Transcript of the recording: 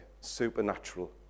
supernatural